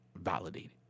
validated